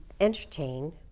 entertain